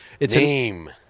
Name